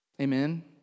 Amen